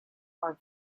are